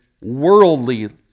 worldly